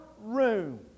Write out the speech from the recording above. room